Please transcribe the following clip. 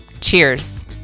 Cheers